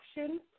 actions